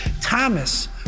Thomas